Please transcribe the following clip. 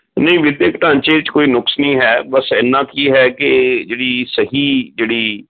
ਨਹੀਂ ਵਿੱਦਿਅਕ ਢਾਂਚੇ 'ਚ ਕੋਈ ਨੁਕਸ ਨੀ ਹੈ ਬਸ ਇੰਨਾਂ ਕੀ ਹੈ ਕਿ ਜਿਹੜੀ ਸਹੀ ਜਿਹੜੀ